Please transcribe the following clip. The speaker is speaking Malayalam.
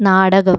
നാടകം